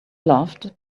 loved